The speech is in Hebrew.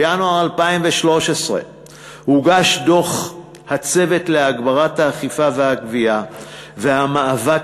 בינואר 2013 הוגש דוח הצוות להגברת האכיפה והגבייה והמאבק